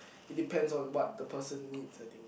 it depends on what the person needs I think